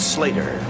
Slater